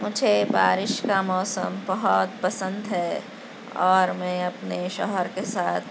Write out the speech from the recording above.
مجھے بارش کا موسم بہت پسند ہے اور میں اپنے شوہر کے ساتھ